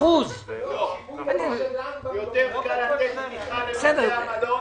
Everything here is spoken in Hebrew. יותר קל לתת תמיכה לבתי המלון.